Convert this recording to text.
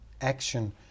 action